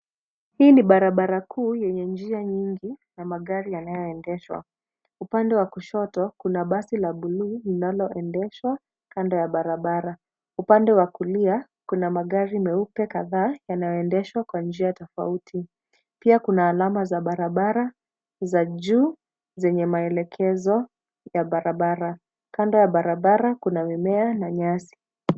Hii ni barabara kuu yenye njia nyingi na magari yanayoendeshwa. Upande wa kushoto kuna basi la buluu linaloendeshwa kando ya barabara. Upande wa kulia kuna magari meupe kadhaa yanayoendeshwa kwa njia tofauti. Pia kuna alama za barabara za juu zenye maelekezo ya barabara. Kando ya barabara, kuna mimea na nyasi.